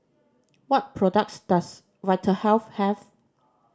what products does Vitahealth have